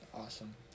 Awesome